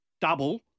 double